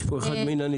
יש פה אחד הניצולים.